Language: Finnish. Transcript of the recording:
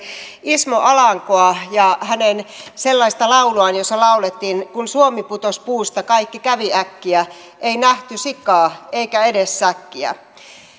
ismo alankoa ja hänen lauluaan jossa laulettiin että kun suomi putos puusta kaikki kävi äkkiä ei nähty sikaa eikä edes säkkiä